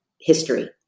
history